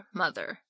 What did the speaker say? mother